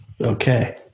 Okay